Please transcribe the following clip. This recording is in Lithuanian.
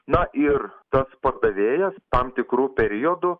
na ir tas pardavėjas tam tikru periodu